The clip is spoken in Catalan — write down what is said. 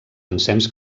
ensems